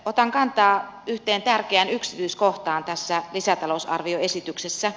otan kantaa yhteen tärkeään yksityiskohtaan tässä lisätalousarvioesityksessä